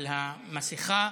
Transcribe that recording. על המסכה,